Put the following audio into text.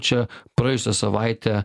čia praėjusią savaitę